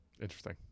Interesting